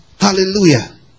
Hallelujah